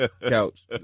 couch